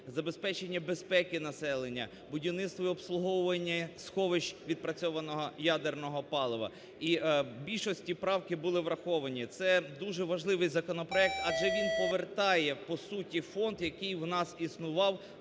забезпечення безпеки населення, будівництво і обслуговування сховищ відпрацьованого ядерного палива і в більшості правки були враховані. Це дуже важливий законопроект, адже він повертає по суті фонд, який в нас існував